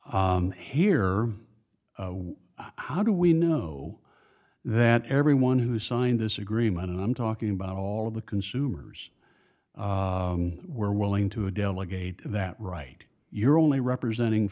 here how do we know that everyone who signed this agreement and i'm talking about all of the consumers were willing to a delegate that right you're only representing